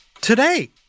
today